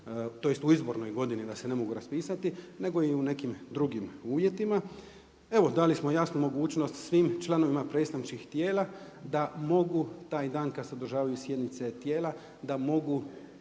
tj. u izbornoj godini da se ne mogu raspisati nego i u nekim drugim uvjetima. Evo dali smo jasnu mogućnost svim članovima predstavničkim tijela da mogu taj dan kad se održavaju sjednice tijela, da mogu